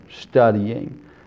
studying